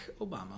Obama